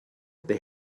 they